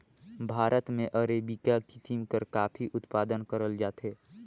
भारत में अरेबिका किसिम कर काफी उत्पादन करल जाथे